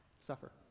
suffer